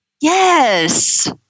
Yes